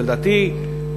לדעתי,